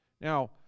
Now